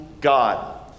God